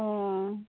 ᱚᱸᱻ